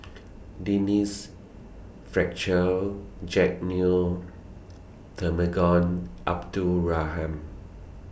Denise Fletcher Jack Neo Temenggong Abdul Rahman